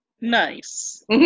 Nice